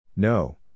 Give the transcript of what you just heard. No